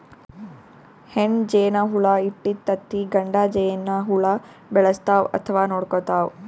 ಹೆಣ್ಣ್ ಜೇನಹುಳ ಇಟ್ಟಿದ್ದ್ ತತ್ತಿ ಗಂಡ ಜೇನಹುಳ ಬೆಳೆಸ್ತಾವ್ ಅಥವಾ ನೋಡ್ಕೊತಾವ್